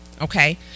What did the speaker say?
Okay